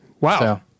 wow